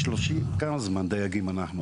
כמה זמן דייגים אנחנו?